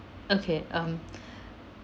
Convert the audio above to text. okay um